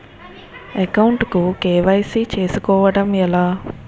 Account కు KYC చేసుకోవడం ఎలా?